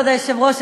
כבוד היושב-ראש,